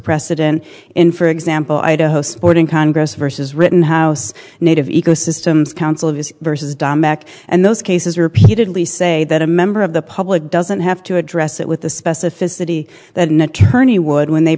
precedent in for example idaho supporting congress versus rittenhouse native ecosystem's counsel of his versus dombeck and those cases repeatedly say that a member of the public doesn't have to address it with the specificity that an attorney would when they